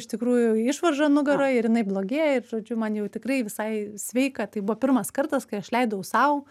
iš tikrųjų išvarža nugaroj ir jinai blogėja ir žodžiu man jau tikrai visai sveika tai buvo pirmas kartas kai aš leidau sau